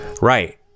Right